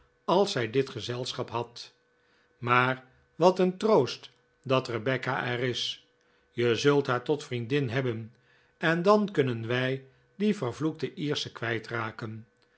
als zij dit gezelschap had maar wat een troost dat rebecca er is je zult haar tot vriendin hebben en dan kunnen wij die vervloekte iersche